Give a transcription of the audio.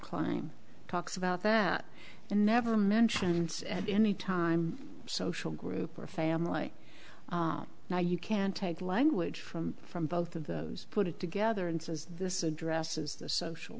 climb talks about that and never mentions at any time social group or family now you can take language from from both of those put it together and says this addresses a social